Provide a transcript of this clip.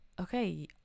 okay